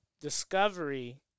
discovery